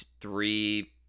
three